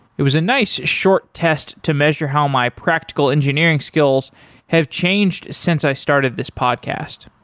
it was a nice short test to measure how my practical engineering skills have changed since i started this podcast.